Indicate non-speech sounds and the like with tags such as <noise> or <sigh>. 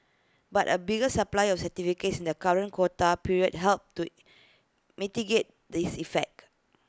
but A bigger supply of certificates in the current quota period helped to <hesitation> mitigate this effect